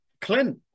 Clint